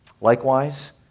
likewise